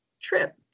trip